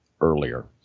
earlier